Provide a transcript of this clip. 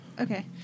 Okay